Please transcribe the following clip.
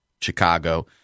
Chicago